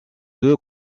deux